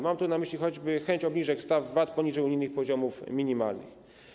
Mam tu na myśli choćby chęć obniżenia stawek VAT poniżej unijnych poziomów minimalnych.